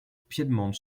piedmont